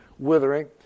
withering